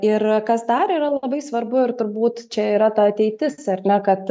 ir kas dar yra labai svarbu ir turbūt čia yra ta ateitis ar ne kad